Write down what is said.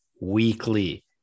weekly